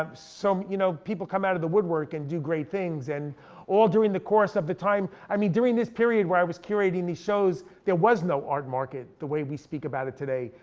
um so you know people come out of the woodwork and do great things. and all during the course of the time, i mean during this period where i was curating these shows, there was no art market the way we speak about it today.